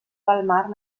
palmar